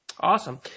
Awesome